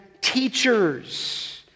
teachers